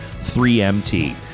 3MT